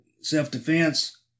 self-defense